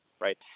right